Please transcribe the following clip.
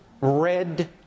red